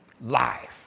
life